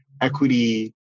equity